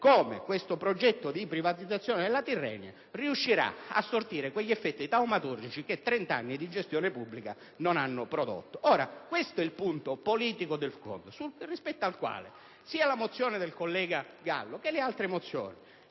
come il progetto di privatizzazione della Tirrenia riuscirà a sortire quegli effetti taumaturgici che trent'anni di gestione pubblica non hanno prodotto. Questo è il punto politico rispetto al quale, sia la mozione del collega Gallo, che le altre, sono